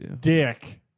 dick